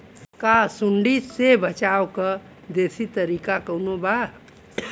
का सूंडी से बचाव क देशी तरीका कवनो बा?